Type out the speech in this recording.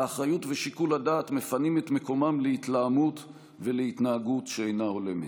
האחריות ושיקול הדעת מפנים את מקומם להתלהמות ולהתנהגות שאינה הולמת.